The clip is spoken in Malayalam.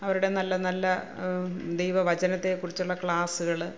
അവരുടെ നല്ല നല്ല ദൈവ വചനത്തെ കുറിച്ചുള്ള ക്ലാസ്സ്കള്